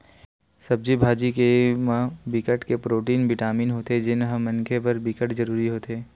सब्जी भाजी के म बिकट के प्रोटीन, बिटामिन होथे जेन ह मनखे बर बिकट जरूरी होथे